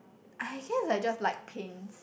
I guess I just like paints